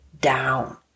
down